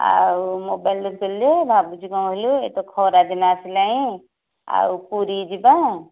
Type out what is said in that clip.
ଆଉ ମୋବାଇଲ ଦେଖୁଥିଲି ଯେ ଭାବୁଛି କ'ଣ କହିଲୁ ଏହିତ ଖରା ଦିନ ଆସିଲାଣି ଆଉ ପୁରୀ ଯିବା